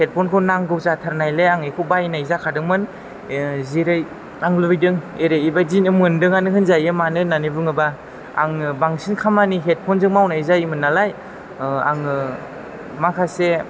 हेदफनखौ नांगौ जाथारनायलाय आं बिखौ बायनाय जाखादोंमोन जेरै आं लुबैदों एरै बेबायदि मोन्दोङानो होनजायो मानो होन्नानै बुङोबा आङो बांसिन खामानि हेदफनजों मावनाय जायोमोन नालाय आङो माखासे